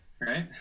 Right